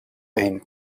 ein